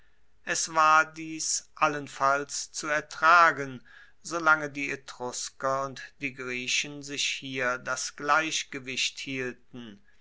es war dies allenfalls zu ertragen solange die etrusker und die griechen sich hier das gleichgewicht hielten